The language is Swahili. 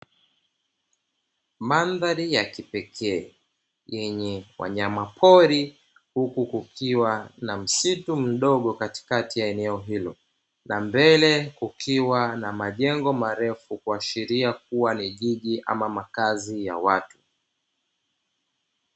Mandhari ya kipekee, yenye wanyama pori, huku kukiwa na msitu mdogo katikati ya eneo hilo. Na mbele kukiwa na majengo marefu, kuashiria kuwa ni jiji ama makazi ya watu.